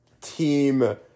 team